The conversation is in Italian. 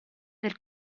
del